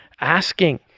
asking